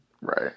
Right